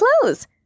clothes